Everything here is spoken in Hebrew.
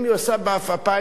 אם היא עושה בעפעפיים,